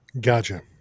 Gotcha